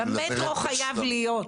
במטרו חייב להיות.